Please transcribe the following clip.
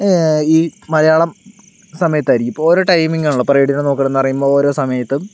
ഈ മലയാളം സമയത്താരിക്കും ഇപ്പൊ ഓരോ ടൈമിംഗ് ആണല്ലോ ഇപ്പൊ റേഡിയോനെ നോക്കണെന്ന് പറയുമ്പോൾ ഓരോ സമയത്തും